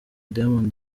diamond